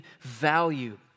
value